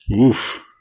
Oof